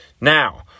Now